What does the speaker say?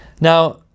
Now